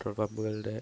petrol പമ്പുകളുടെ